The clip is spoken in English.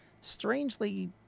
Strangely